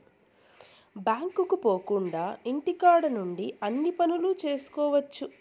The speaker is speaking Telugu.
బ్యాంకుకు పోకుండా ఇంటికాడ నుండి అన్ని పనులు చేసుకోవచ్చు